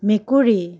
মেকুৰী